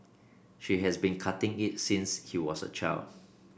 she has been cutting it since he was a child